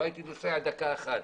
לא הייתי נוסע דקה אחת.